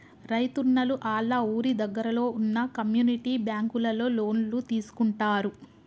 రైతున్నలు ఆళ్ళ ఊరి దగ్గరలో వున్న కమ్యూనిటీ బ్యాంకులలో లోన్లు తీసుకుంటారు